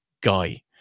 guy